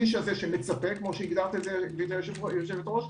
כמו שהגדרת את זה גברתי היושבת-ראש,